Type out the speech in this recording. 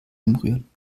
umrühren